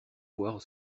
voir